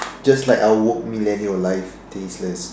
just like our woke millennial life tasteless